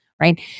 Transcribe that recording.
right